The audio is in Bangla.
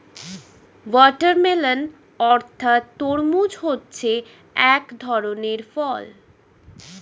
ওয়াটারমেলান অর্থাৎ তরমুজ হচ্ছে এক ধরনের ফল